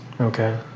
Okay